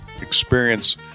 experience